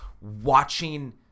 watching